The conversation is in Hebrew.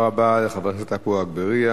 תודה רבה לחבר הכנסת עפו אגבאריה.